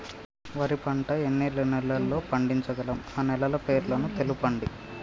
వరి పంట ఎన్ని నెలల్లో పండించగలం ఆ నెలల పేర్లను తెలుపండి?